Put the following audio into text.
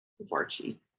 Varchi